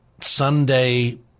Sunday